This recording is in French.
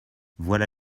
voilà